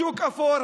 שוק אפור,